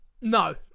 No